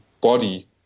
body